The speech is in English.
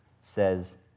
says